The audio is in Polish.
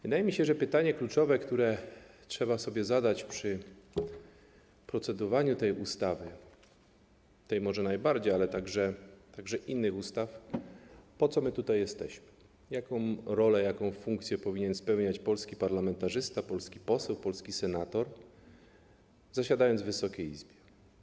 Wydaje mi się, że pytanie kluczowe, jakie trzeba sobie zadać podczas procedowania nad tą ustawą - tą może najbardziej, ale także nad innymi ustawami - brzmi: Po co my tutaj jesteśmy, jaką rolę, jaką funkcję powinien pełnić polski parlamentarzysta, polski poseł, polski senator, zasiadając w Wysokiej Izbie?